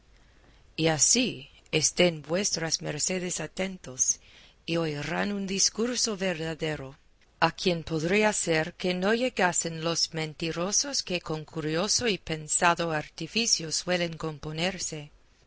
y así estén vuestras mercedes atentos y oirán un discurso verdadero a quien podría ser que no llegasen los mentirosos que con curioso y pensado artificio suelen componerse